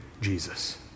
Jesus